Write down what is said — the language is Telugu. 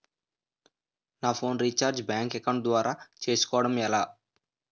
నా ఫోన్ రీఛార్జ్ బ్యాంక్ అకౌంట్ ద్వారా చేసుకోవటం ఎలా?